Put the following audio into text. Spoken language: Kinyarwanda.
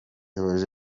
nyarwanda